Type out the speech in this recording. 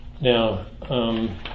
Now